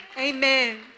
Amen